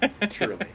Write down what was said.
Truly